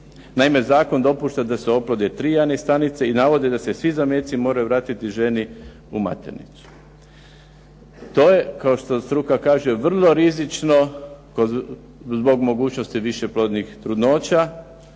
Naime, zakon dopušta da se oplode tri jajne stanice i navode da se svi zameci moraju vratiti ženi u maternicu. To je kao što struka kaže vrlo rizično, zbog mogućnosti višeplodnih trudnoća.